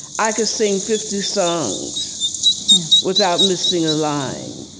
i could sing fifty songs without missing a line,